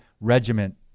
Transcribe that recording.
regiment